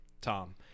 tom